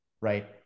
right